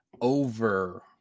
over